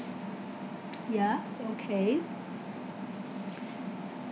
ya okay